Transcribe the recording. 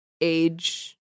age